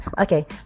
okay